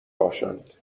باشند